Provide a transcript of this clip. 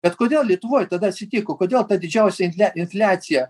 bet kodėl lietuvoj tada atsitiko kodėl ta didžiausia infliacija